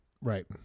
Right